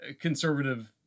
conservative